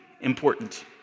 important